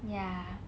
ya